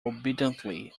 obediently